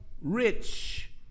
rich